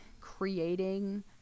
creating